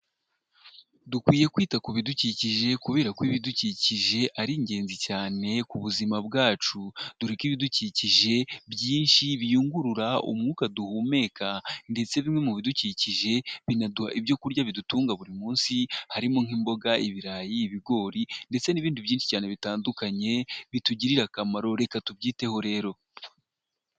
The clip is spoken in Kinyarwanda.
Dukwiye kwita ku bidukikije kubera ko ibidukikije ari ingenzi cyane ku buzima bwacu, dore ko ibidukikije byinshi biyungurura umwuka duhumeka, ndetse bimwe mu bidukikije binaduha ibyo kurya bidutunga buri munsi, harimo nk'imboga, ibirayi, ibigori ndetse n'ibindi byinshi cyane bitandukanye bitugirira akamaro reka tubyiteho rero.